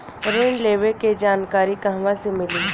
ऋण लेवे के जानकारी कहवा से मिली?